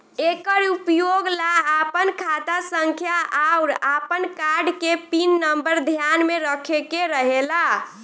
एकर उपयोग ला आपन खाता संख्या आउर आपन कार्ड के पिन नम्बर ध्यान में रखे के रहेला